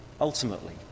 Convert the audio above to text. ultimately